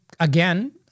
Again